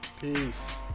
Peace